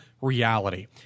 reality